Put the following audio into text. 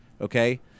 Okay